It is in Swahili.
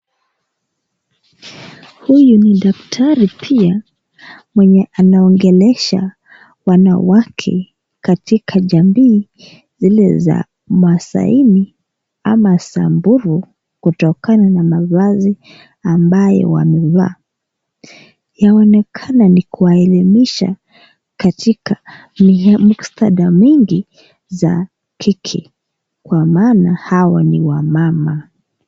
Huyu ni daktari pia mwenye anaongelesha wanawake katika jamii zile za Maasaini ama Samburu kutokana na mavazi ambayo amevaa ,yaonekana ni kuwaelimisha katika mikstatha mingi za kike kwa maana hawa ni wamama.